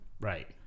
right